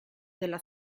della